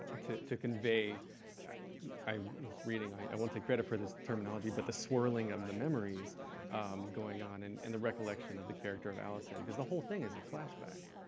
to to convey i was reading, i won't take credit for this terminology, but the swirling of the memories going on and and the recollection of the character of alison, because the whole thing is a flashback.